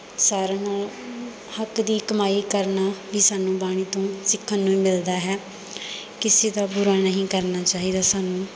ਸਾਰਿਆਂ ਨਾਲ ਹੱਕ ਦੀ ਕਮਾਈ ਕਰਨਾ ਵੀ ਸਾਨੂੰ ਬਾਣੀ ਤੋਂ ਸਿੱਖਣ ਨੂੰ ਹੀ ਮਿਲਦਾ ਹੈ ਕਿਸੇ ਦਾ ਬੁਰਾ ਨਹੀਂ ਕਰਨਾ ਚਾਹੀਦਾ ਸਾਨੂੰ